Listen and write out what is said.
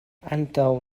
antaŭ